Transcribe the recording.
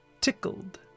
tickled